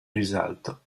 risalto